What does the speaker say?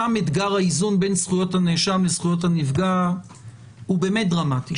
שם אתגר האיזון בין זכויות הנאשם לזכויות הנפגע הוא באמת דרמטי.